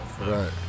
right